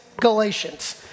Galatians